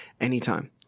anytime